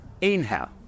Inhale